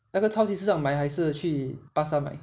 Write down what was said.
那个超级市场买还是去巴刹买